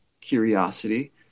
curiosity